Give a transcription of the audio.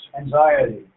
anxiety